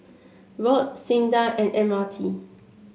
ROD SINDA and M R T